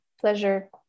pleasure